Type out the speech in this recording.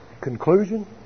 conclusion